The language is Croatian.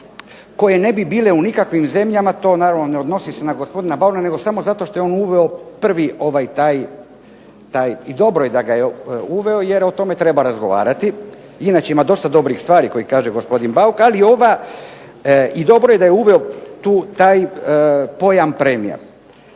koje ne bi bile u nikakvim zemljama, to naravno ne odnosi se na gospodina Bauka, nego samo zato što je on uveo prvi ovaj taj i dobro da ga je uveo jer o tome treba razgovarati. Inače ima dosta dobrih stvari koje kaže gospodin Bauk, ali ova, i dobro je da je uveo taj pojam premija.